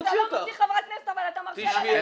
אתה לא מוציא חברת כנסת אבל אתה מרשה --- טוב.